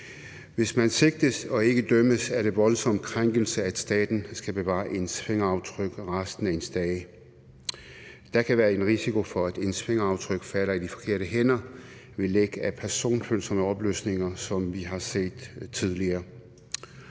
Hvis man sigtes og ikke dømmes, er det en voldsom krænkelse, at staten skal bevare ens fingeraftryk resten af ens dage. Der kan være en risiko for, at ens fingeraftryk falder i de forkerte hænder ved læk af personfølsomme oplysninger, som vi har set tidligere.